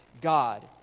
God